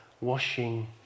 washing